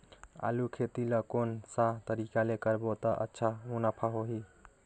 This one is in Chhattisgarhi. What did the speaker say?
आलू खेती ला कोन सा तरीका ले करबो त अच्छा मुनाफा होही?